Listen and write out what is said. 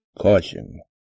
CAUTION